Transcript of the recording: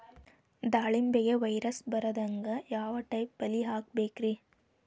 ದಾಳಿಂಬೆಗೆ ವೈರಸ್ ಬರದಂಗ ಯಾವ್ ಟೈಪ್ ಬಲಿ ಹಾಕಬೇಕ್ರಿ?